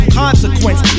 consequence